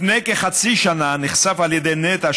לפני כחצי שנה נחשף על ידי נטע,